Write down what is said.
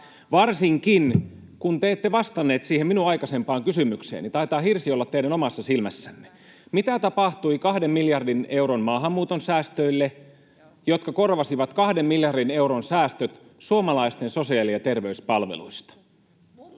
Varsinkin kun te ette vastannut siihen minun aikaisempaan kysymykseeni — taitaa hirsi olla teidän omassa silmässänne. Mitä tapahtui kahden miljardin euron maahanmuuton säästöille, jotka korvasivat kahden miljardin euron säästöt suomalaisten sosiaali- ja terveyspalveluista?